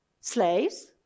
slaves